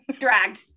dragged